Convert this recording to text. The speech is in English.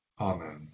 Amen